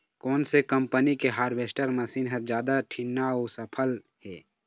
कोन से कम्पनी के हारवेस्टर मशीन हर जादा ठीन्ना अऊ सफल हे?